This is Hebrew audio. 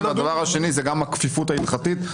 והדבר השני זה גם הכפיפות ההלכתית,